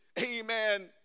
amen